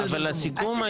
בסדר גמור.